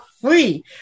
free